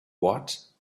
what